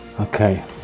Okay